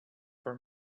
for